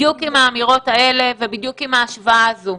בדיוק עם האמירות האלה ובדיוק עם ההשוואה הזו.